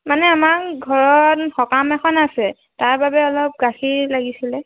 মানে আমাক ঘৰত সকাম এখন আছে তাৰ বাবে অলপ গাখীৰ লাগিছিলে